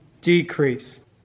decrease